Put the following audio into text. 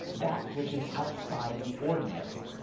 that which is outside the ordinary.